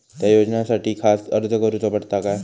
त्या योजनासाठी खास अर्ज करूचो पडता काय?